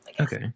Okay